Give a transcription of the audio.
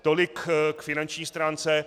Tolik k finanční stránce.